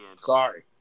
Sorry